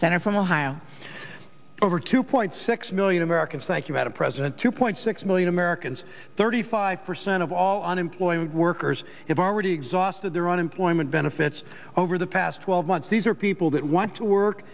senator from ohio over two point six million americans thank you madam president two point six million americans thirty five percent of all unemployment workers have already exhausted their unemployment benefits over the past twelve months these are people that want to work